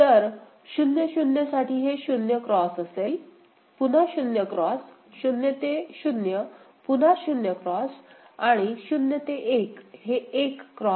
तर 0 0 साठी हे 0 X असे असेल पुन्हा 0 X 0 ते 0 पुन्हा 0 X आणि 0 ते 1 हे असेल 1 X